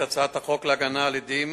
את הצעת חוק להגנה על עדים